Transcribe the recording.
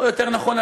או יותר נכון,